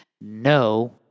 No